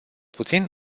puțin